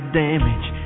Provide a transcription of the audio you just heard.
damage